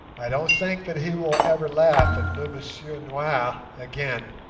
i don't think that he will ever laugh at le monsieur noir again